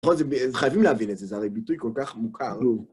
נכון, חייבים להבין את זה, זה הרי ביטוי כל כך מוכר.